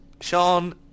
Sean